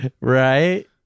right